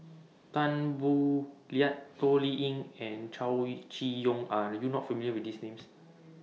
Tan Boo Liat Toh Liying and Chow E Chee Yong Are YOU not familiar with These Names